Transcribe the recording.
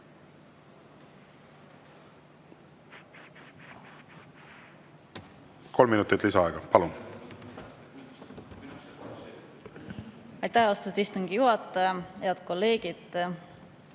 Kolm minutit lisaaega, palun!